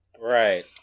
right